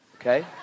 okay